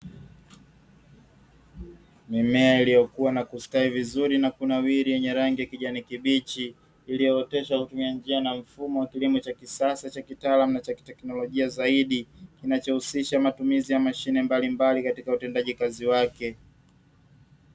Mimea iliyokua na kustawi vizuri na kunawiri yenye rangi ya kijani kibichi, iliyooteshwa kwa kutumia njia na mfumo wa kilimo cha kisasa cha kitaalamu na cha kiteknolojia zaidi, kinachohusisha matumizi ya mashine mbalimbali katika utendaji kazi wake.